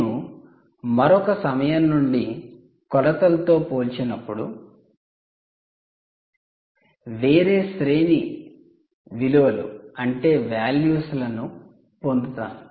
నేను మరొక సమయం నుండి కొలతలతో పోల్చినప్పుడు వేరే శ్రేణి విలువ లను పొందుతాను